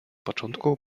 początku